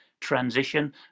Transition